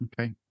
Okay